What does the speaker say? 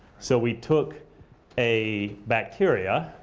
so we took a bacteria,